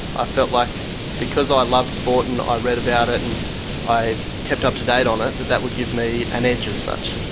i felt like because i loved sport and i read about it and i kept up to date on it, that that would give me an edge as such.